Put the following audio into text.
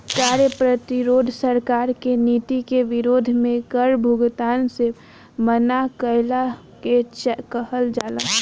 कार्य प्रतिरोध सरकार के नीति के विरोध में कर भुगतान से मना कईला के कहल जाला